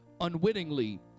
unwittingly